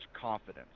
confidence